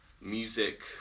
music